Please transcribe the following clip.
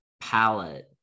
palette